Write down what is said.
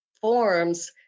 forms